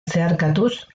zeharkatuz